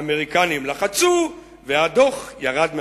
האמריקנים לחצו והדוח ירד מהשולחן".